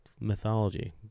mythology